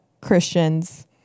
Christians